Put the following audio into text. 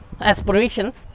aspirations